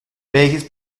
welches